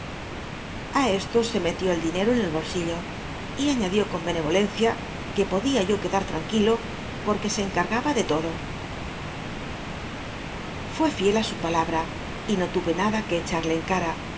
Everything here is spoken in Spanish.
hurtadillas aesto se metió el dinero en el bolsillo y aíiadió con benerolencia que podía yo quedar tranquilo porque se cncmga ba de todo fué fiel l su palabra no lu'e nada que echarle en cara